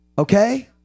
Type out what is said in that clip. Okay